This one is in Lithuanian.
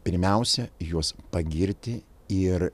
pirmiausia juos pagirti ir